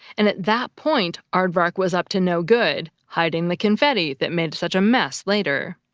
and at that point, aardvark was up to no good, hiding the confetti that made such a mess later.